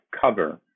cover